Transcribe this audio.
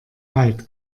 wald